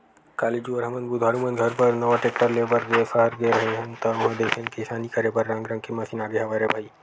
काली जुवर हमन बुधारु मन घर बर नवा टेक्टर ले बर सहर गे रेहे हन ता उहां देखेन किसानी करे बर रंग रंग के मसीन आगे हवय रे भई